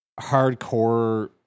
hardcore